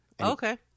Okay